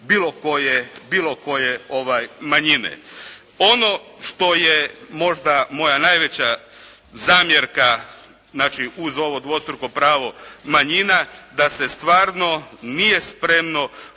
bilo koje manjine. Ono što je možda moja najveća zamjerka znači uz ovo dvostruko pravo manjina da se stvarno nije spremno